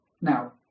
Now